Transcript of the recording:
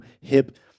hip